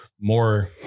more